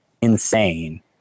insane